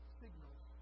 signals